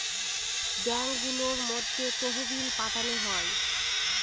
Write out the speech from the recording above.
ব্যাঙ্কগুলোর মধ্যে তহবিল পাঠানো হয়